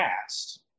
past